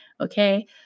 okay